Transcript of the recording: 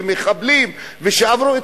ומחבלים שעברו,